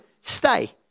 stay